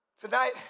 Tonight